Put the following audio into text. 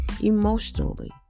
emotionally